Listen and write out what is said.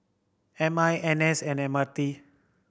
M I N S and M R T